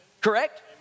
Correct